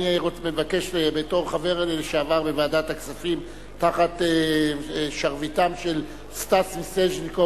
אני מבקש בתור חבר לשעבר בוועדת הכספים תחת שרביטם של סטס מיסז'ניקוב,